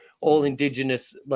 all-Indigenous